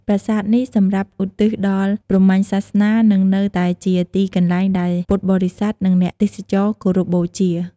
ប្រាសាទនេះសម្រាប់ ឧទ្ទិសដល់ព្រហ្មញ្ញសាសនា និងនៅតែជាទីកន្លែងដែលពុទ្ធបរិស័ទ និងអ្នកទេសចរគោរពបូជា។